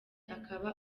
akaba